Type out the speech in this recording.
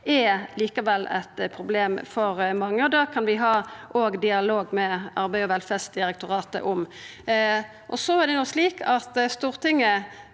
likevel er eit problem for mange. Det kan vi òg ha dialog med Arbeids- og velferdsdirektoratet om. Det er slik at Stortinget